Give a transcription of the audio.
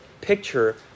picture